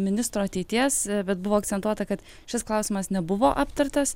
ministro ateities bet buvo akcentuota kad šis klausimas nebuvo aptartas